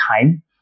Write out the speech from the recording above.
time